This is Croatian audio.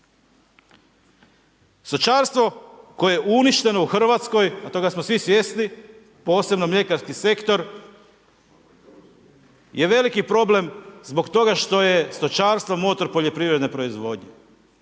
Stočarstvo, koje je uništeno u Hrvatskoj, a toga smo svi svjesni, posebno mljekarski sektor, je veliki problem, zbog toga što je stočarstvo motor poljoprivredne proizvodnje.